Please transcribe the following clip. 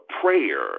prayer